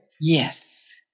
yes